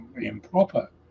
improper